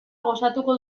gozatuko